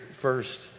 first